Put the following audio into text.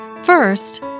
First